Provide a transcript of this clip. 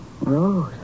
Rose